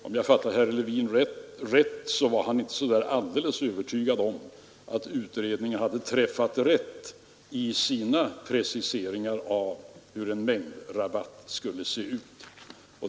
Om jag fattade herr Levin rätt var han inte så alldeles övertygad om att utredningen träffat rätt i sina preciseringar av hur en mängdrabatt skulle se ut.